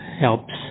helps